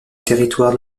territoire